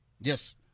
Yes